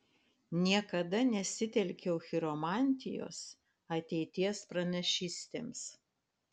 niekada nesitelkiau chiromantijos ateities pranašystėms